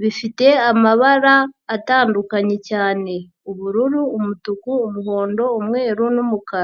bifite amabara atandukanye cyane ubururu, umutuku, umuhondo, umweru n'umukara.